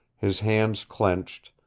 his hands clenched,